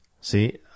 see